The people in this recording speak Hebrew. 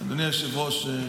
אדוני היושב-ראש,